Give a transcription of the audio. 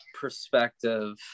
perspective